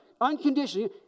unconditionally